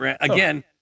again